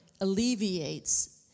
alleviates